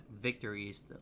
Victories